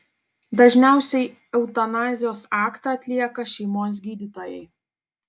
dažniausiai eutanazijos aktą atlieka šeimos gydytojai